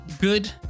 good